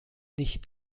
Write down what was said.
nicht